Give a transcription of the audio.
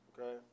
okay